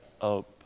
up